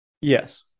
Yes